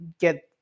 get